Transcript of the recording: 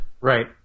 Right